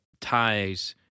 ties